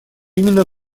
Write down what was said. именно